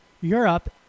Europe